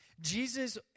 Jesus